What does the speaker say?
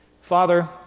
Father